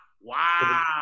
Wow